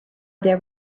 there